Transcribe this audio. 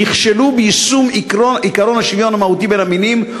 נכשלו ביישום עקרון השוויון המהותי בין המינים,